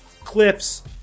Clips